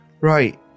Right